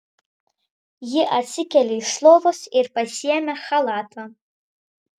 ji atsikėlė iš lovos ir pasiėmė chalatą